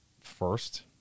first